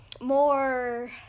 More